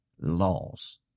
laws